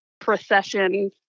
procession